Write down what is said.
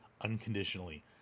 unconditionally